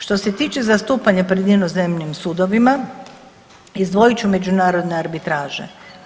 Što se tiče zastupanje pred inozemnim sudovima, izdvojit ću međunarodne arbitraže.